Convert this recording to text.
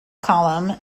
column